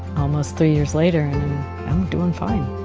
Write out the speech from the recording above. almost three years later and i'm doing fine.